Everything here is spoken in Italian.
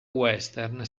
western